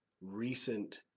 recent